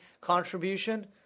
contribution